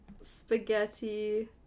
Spaghetti